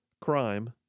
crime